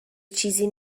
چیزی